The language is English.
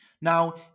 Now